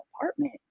apartment